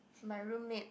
my room mate